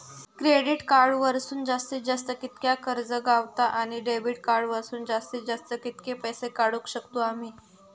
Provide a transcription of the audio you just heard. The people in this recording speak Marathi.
क्रेडिट कार्ड वरसून जास्तीत जास्त कितक्या कर्ज गावता, आणि डेबिट कार्ड वरसून जास्तीत जास्त कितके पैसे काढुक शकतू आम्ही?